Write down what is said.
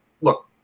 look